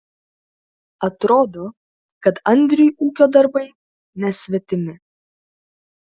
atrodo kad andriui ūkio darbai nesvetimi